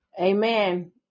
Amen